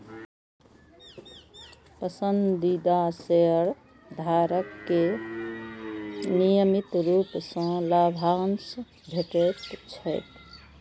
पसंदीदा शेयरधारक कें नियमित रूप सं लाभांश भेटैत छैक